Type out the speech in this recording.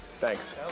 Thanks